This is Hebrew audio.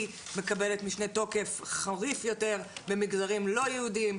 מקבלת משנה תוקף חריף יותר במגזרים לא יהודיים,